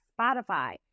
Spotify